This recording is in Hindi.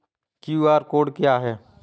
क्यू.आर कोड क्या है?